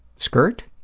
skirt?